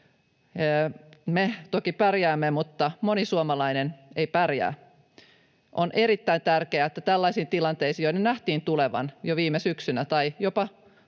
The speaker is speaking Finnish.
Me toki pärjäämme, mutta moni suomalainen ei pärjää. On erittäin tärkeää, että tällaisiin tilanteisiin, joiden nähtiin tulevan jo viime syksynä tai jopa